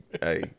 Hey